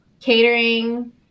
catering